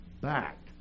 back